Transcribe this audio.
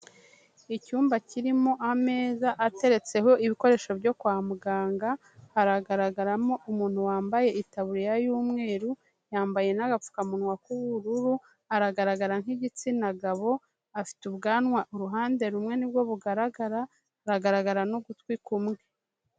Icyumba kirimo ameza ateretseho ibikoresho byo kwa muganga, haragaragaramo umuntu wambaye itaburiya y'umweru, yambaye n'agapfukamunwa k'ubururu, aragaragara nk'igitsina gabo, afite ubwanwa uruhande rumwe nibwo bugaragara, haragaragara n'ugutwi kumwe.